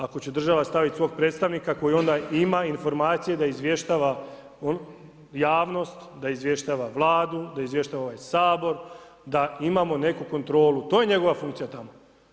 Ako će država staviti svog predstavnika koji onda ima informacije da izvještava javnost, da izvještava Vladu, da izvještava ovaj Sabora, da imamo neku kontrolu, to je njegova funkcija tamo.